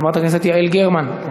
חברת הכנסת יעל גרמן,